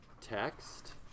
text